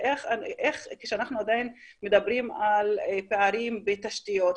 כשאנחנו עדיין מדברים על פערים בתשתיות,